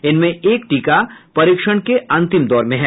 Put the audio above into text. इनमें एक टीका परीक्षण के अंतिम दौर में है